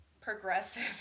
progressive